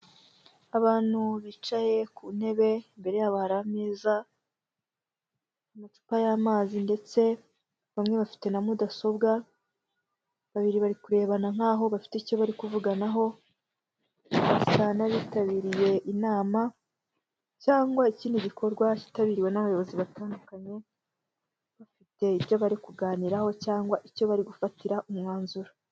Abantu bicaye ku ntebe, imbere yabo hari ameza, amacupa y'amazi ndetse bamwe bafite na mudasobwa, babiri bari kurebana nkaho bafite icyo bari kuvuganaho, basa n'abitabiriye inama, cyangwa ikindi gikorwa cyitabiriwe n'abayobozi batandukanye, bafite ibyo bari kuganiraho cyangwa icyo bari gufatira umwanzuro.